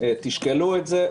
תשקלו את זה,